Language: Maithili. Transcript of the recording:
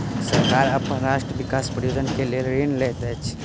सरकार अपन राष्ट्रक विकास परियोजना के लेल ऋण लैत अछि